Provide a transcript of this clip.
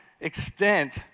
extent